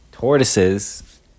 Tortoises